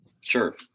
Sure